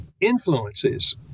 influences